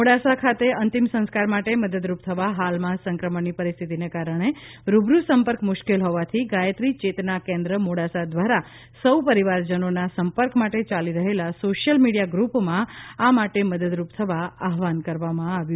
મોડાસા ખાતે અંતિમ સંસ્કાર માટે મદદરૂપ થવા હાલમાં સંક્રમણની પરિસ્થિતિને કારણે રૂબરૂ સંપર્ક મુશ્કેલ હોવાથી ગાયત્રી ચેતના કેન્દ્ર મોડાસા દ્વારા સૌ પરિજનોના સંપર્ક માટે ચાલી રહેલા સોશિયલ મીડિયા ગૃપમાં આ માટે મદદરૂપ થવા આહવાન કરવામાં આવ્યું